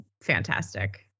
fantastic